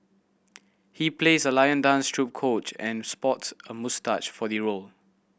he plays a lion dance troupe coach and sports a moustache for the role